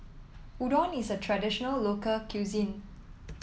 Udon is a traditional local cuisine